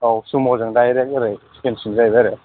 औ सुम'जों डाइरेक्ट ओरै सिक्किमसिम जाहैबाय आरो